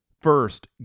First